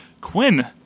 Quinn